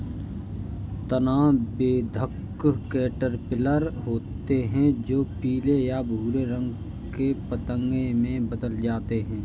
तना बेधक कैटरपिलर होते हैं जो पीले या भूरे रंग के पतंगे में बदल जाते हैं